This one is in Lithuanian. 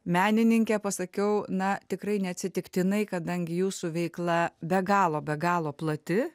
menininkė pasakiau na tikrai neatsitiktinai kadangi jūsų veikla be galo be galo plati